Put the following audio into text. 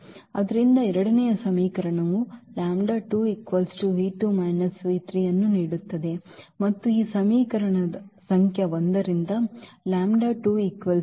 ಆದ್ದರಿಂದ ಎರಡನೇ ಸಮೀಕರಣವು ಅನ್ನು ನೀಡುತ್ತದೆ ಮತ್ತು ಈ ಸಮೀಕರಣ ಸಂಖ್ಯೆ 1 ರಿಂದ